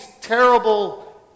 terrible